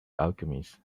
alchemist